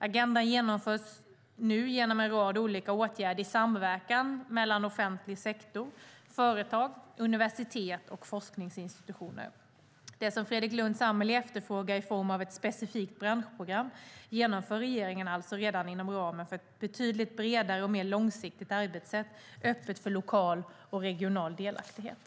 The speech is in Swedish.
Agendan genomförs nu genom en rad olika åtgärder i samverkan mellan offentlig sektor, företag, universitet och forskningsinstitutioner. Det som Fredrik Lundh Sammeli efterfrågar i form av ett specifikt branschprogram genomför regeringen alltså redan inom ramen för ett betydligt bredare och mer långsiktigt arbetssätt, öppet för lokal och regional delaktighet.